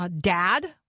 dad